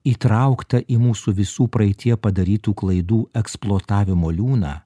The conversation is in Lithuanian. įtraukta į mūsų visų praeityje padarytų klaidų eksploatavimo liūną